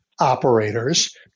operators